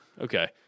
Okay